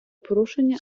порушення